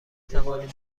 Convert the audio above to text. توانیم